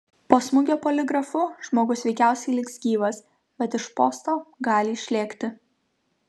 po smūgio poligrafu žmogus veikiausiai liks gyvas bet iš posto gali išlėkti